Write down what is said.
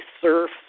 surf